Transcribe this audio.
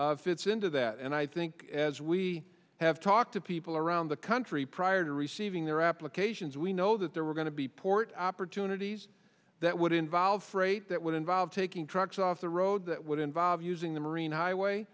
freight fits into that and i think as we have talked to people around the country prior to receiving their applications we know that there were going to be port opportunities that would involve freight that would involve taking trucks off the road that would involve using the marine highway